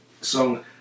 song